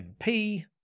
MP